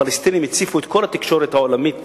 הפלסטינים הציפו את כל התקשורת העולמית